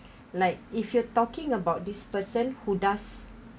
like if you're talking about this person who does